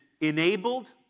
enabled